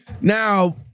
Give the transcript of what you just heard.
now